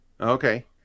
Okay